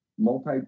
Multi